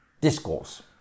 discourse